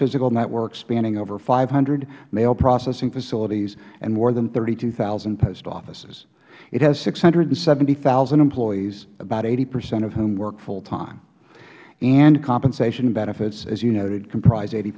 physical network spanning over five hundred mail processing facilities and more than thirty two zero post offices it has six hundred and seventy thousand employees about eighty percent of whom work full time and compensation benefits as you noted comprise eighty